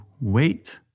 wait